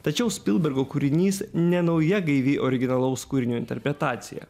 tačiau spilbergo kūrinys ne nauja gaivi originalaus kūrinio interpretacija